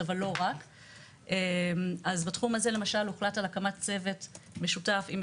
זה בדיוק מה שאנחנו עושים באמצעות צוותי עבודה שהוקמו תחת